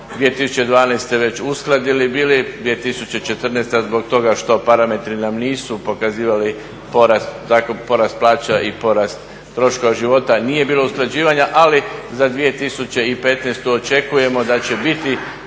2012. već uskladili bili. 2014. zbog toga što parametri nam nisu pokazivali porast, takav porast plaća i porast troškova života, nije bilo usklađivanja. Ali za 2015. očekujemo da će biti